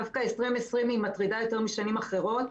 דווקא 2020 מטרידה יותר משנים אחרות,